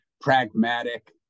pragmatic